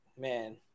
man